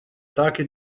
taken